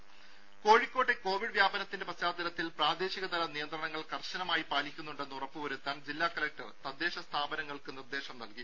രും കോഴിക്കോട്ടെ കോവിഡ് വ്യാപനത്തിന്റെ പശ്ചാത്തലത്തിൽ പ്രാദേശിക തല നിയന്ത്രണങ്ങൾ കർശനമായി പാലിക്കുന്നുണ്ടെന്ന് ഉറപ്പുവരുത്താൻ ജില്ലാ കലക്ടർ തദ്ദേശ സ്ഥാപനങ്ങൾക്ക് നിർദേശം നൽകി